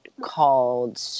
called